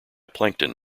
plankton